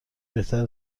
بهتره